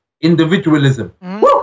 Individualism